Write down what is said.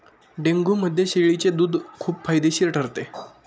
डेंग्यूमध्ये शेळीचे दूध खूप फायदेशीर ठरते